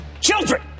Children